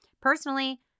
Personally